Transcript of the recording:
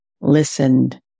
listened